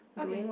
okay